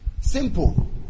Simple